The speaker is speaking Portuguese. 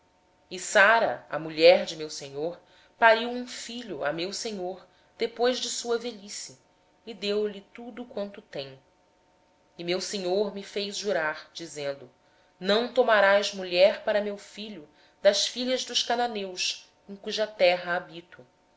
sara a mulher do meu senhor mesmo depois de velha deu um filho a meu senhor e o pai lhe deu todos os seus bens ora o meu senhor me fez jurar dizendo não tomarás mulher para meu filho das filhas dos cananeus em cuja terra habito